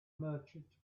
merchant